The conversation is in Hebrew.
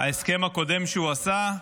ההסכם הקודם שהוא עשה --- מה?